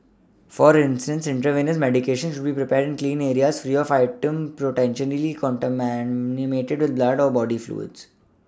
for instance intravenous medications should be prepared clean areas free of items potentially contaminated with blood or body fluids